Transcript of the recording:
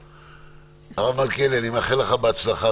הרב מלכיאלי, אני מאחל לך בהצלחה.